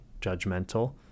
judgmental